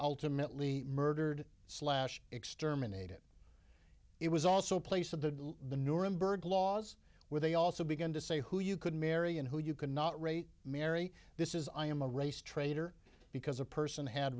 ultimately murdered slash exterminated it was also a place of the the nuremberg laws where they also begin to say who you could marry and who you could not write marry this is i am a race traitor because a person had